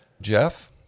Jeff